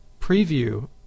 preview